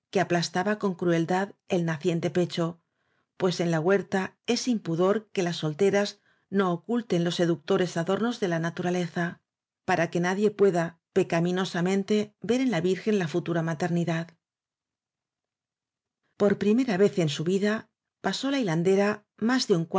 aplastaba con crueldad el naciente pecho pues en la huerta es impudor que las solteras no oculten los seductores adornos de la naturaleza para que nadie pueda pecaminosamente ver en la virgen la futura maternidad por primera vez en su vida pasó la hilan dera más de un